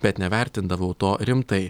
bet nevertindavau to rimtai